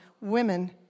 women